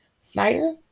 Snyder